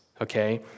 okay